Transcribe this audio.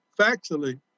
factually